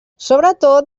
sobretot